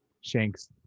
shanks